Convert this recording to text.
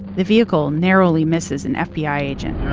the vehicle narrowly misses an fbi agent